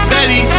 Betty